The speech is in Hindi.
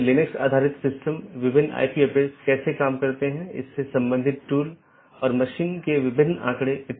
अब हम टीसीपी आईपी मॉडल पर अन्य परतों को देखेंगे